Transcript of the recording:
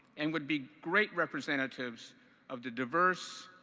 and would be great representatives of the diverse,